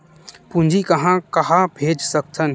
पूंजी कहां कहा भेज सकथन?